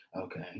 Okay